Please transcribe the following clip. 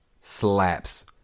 slaps